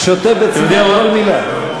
שותה בצמא כל מילה.